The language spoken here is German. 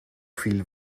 viel